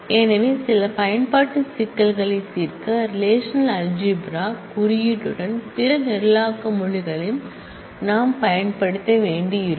எனவே சில பயன்பாட்டு சிக்கல்களைத் தீர்க்க ரெலேஷனல்அல்ஜிப்ரா குறியீட்டுடன் பிற ப்ரோக்ராம்மிங் லாங்குவேஜ் களையும் நாம் பயன்படுத்த வேண்டியிருக்கும்